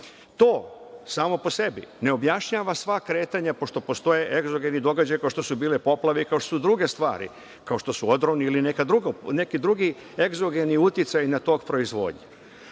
To samo po sebi ne objašnjava sva kretanja, pošto postoje događaji kao što su bile poplave i kao što su druge stvari, kao što su odroni ili neki drugi egzogeni uticaji, kao što su bile